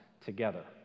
together